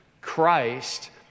Christ